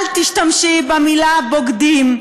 אל תשתמשי במילה "בוגדים",